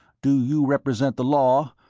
do you represent the law,